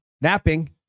napping